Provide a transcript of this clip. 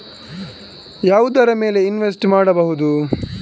ಯಾವುದರ ಮೇಲೆ ಇನ್ವೆಸ್ಟ್ ಮಾಡಬಹುದು?